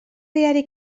diari